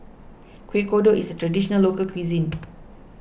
Kuih Kodok is a Traditional Local Cuisine